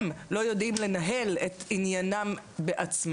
הם לא יודעים לנהל את עניינים בעצמם.